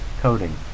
coding